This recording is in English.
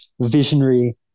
visionary